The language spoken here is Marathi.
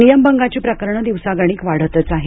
नियमभंगाची प्रकरणं दिवसागिक वाढतच आहेत